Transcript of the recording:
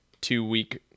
two-week